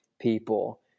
people